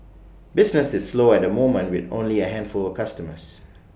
business is slow at the moment with only A handful of customers